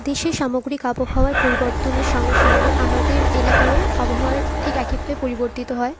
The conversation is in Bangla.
দেশের সামগ্রিক আবহাওয়ার পরিবর্তনের সঙ্গে সঙ্গে আমাদের এলাকারও আবহাওয়ার ঠিক একইভাবে পরিবর্তিত হয়